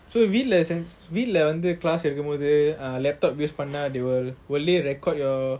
so வீட்டுல வீட்டுல வந்து:veetula veetula vanthu class எடுக்கும் போது:yeadukum bothu laptop use பண்ணும் போது:panum bothu will they record your